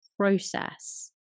process